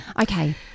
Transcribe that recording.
Okay